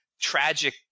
tragic